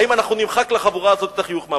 האם אנחנו נמחק לחבורה הזאת את החיוך מהפנים.